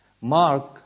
Mark